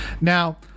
now